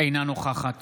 אינה נוכחת